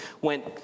went